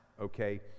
Okay